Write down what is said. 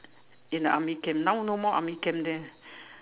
in the army camp now no more army camp there